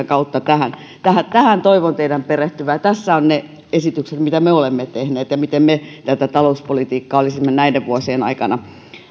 kautta tähän toivon teidän perehtyvän ja tässä ovat ne esitykset mitä me olemme tehneet ja miten me tätä talouspolitiikkaa olisimme näiden vuosien aikana